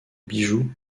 bijoux